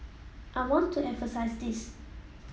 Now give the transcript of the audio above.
I want to emphasise this